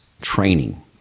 training